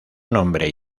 nombre